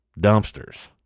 dumpsters